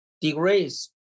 degrees